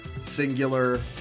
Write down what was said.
singular